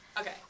Okay